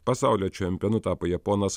pasaulio čempionu tapo japonas